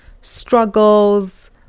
struggles